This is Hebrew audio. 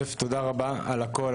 תודה רבה על הכול,